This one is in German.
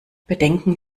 bedenken